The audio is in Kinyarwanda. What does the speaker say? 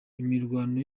imirwano